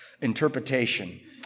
interpretation